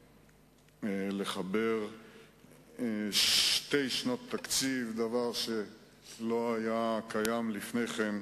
אני רוצה לדבר על ארבעה פרמטרים שמרכיבי הקואליציה לא עסקו בהם,